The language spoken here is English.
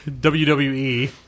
WWE